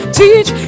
teach